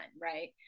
right